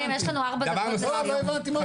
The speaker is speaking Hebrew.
לא הבנתי מה הוא אומר.